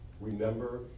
remember